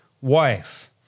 wife